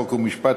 חוק ומשפט,